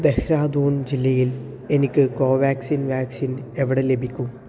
ദെഹ്രാദൂൺ ജില്ലയിൽ എനിക്ക് കോവാക്സിൻ വാക്സിൻ എവിടെ ലഭിക്കും